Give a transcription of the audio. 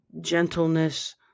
gentleness